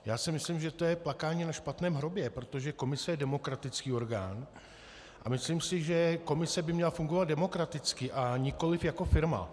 Já si myslím, že to je plakání na špatném hrobě, protože komise je demokratický orgán a myslím si, že komise by měla fungovat demokraticky, a nikoliv jako firma.